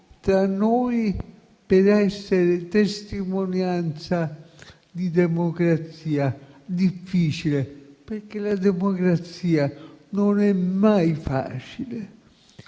tra noi per essere testimonianza di democrazia difficile, perché la democrazia non è mai facile.